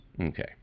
Okay